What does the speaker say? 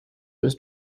was